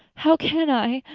how can i?